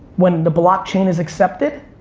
when the blockchain is accepted,